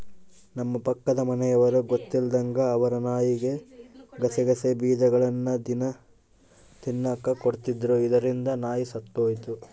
ನಮ್ಮ ಪಕ್ಕದ ಮನೆಯವರು ಗೊತ್ತಿಲ್ಲದಂಗ ಅವರ ನಾಯಿಗೆ ಗಸಗಸೆ ಬೀಜಗಳ್ನ ದಿನ ತಿನ್ನಕ ಕೊಡ್ತಿದ್ರು, ಇದರಿಂದ ನಾಯಿ ಸತ್ತೊಯಿತು